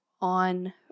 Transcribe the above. on